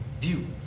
view